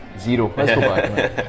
Zero